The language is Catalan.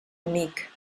amic